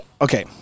okay